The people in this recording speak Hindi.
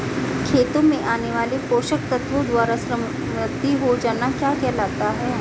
खेतों में आने वाले पोषक तत्वों द्वारा समृद्धि हो जाना क्या कहलाता है?